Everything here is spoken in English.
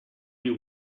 you